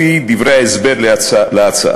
לפי דברי ההסבר להצעה,